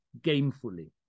gamefully